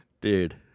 Dude